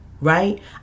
right